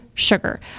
sugar